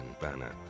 banner